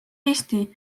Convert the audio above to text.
eesti